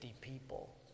people